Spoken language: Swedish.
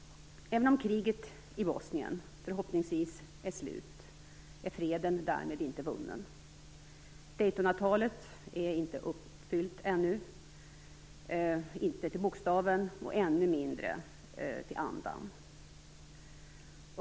Även om kriget i Bosnien förhoppningsvis är slut, är freden därmed inte vunnen. Daytonavtalet är inte uppfyllt ännu, inte till bokstaven och ännu mindre till andan.